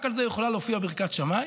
רק על זה יכולה להופיע ברכת שמיים.